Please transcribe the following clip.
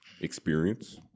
experience